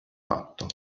fatto